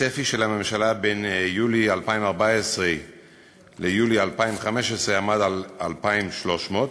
הצפי של הממשלה בין יולי 2014 ליולי 2015 עמד על 2,300,